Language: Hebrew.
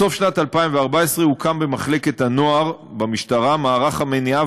בסוף שנת 2014 הוקם במחלקת הנוער במשטרה מערך המניעה